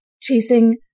chasing